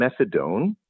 methadone